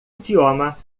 idioma